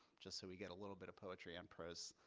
just so we get a little bit of poetry and prose.